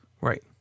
Right